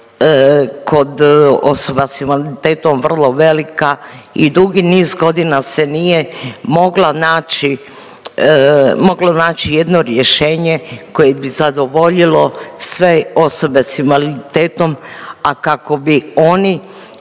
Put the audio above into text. kod osoba s invaliditetom vrlo velika i dugi niz godina se nije moglo naći jedno rješenje koje bi zadovoljilo sve osobe s invaliditetom, a kako bi oni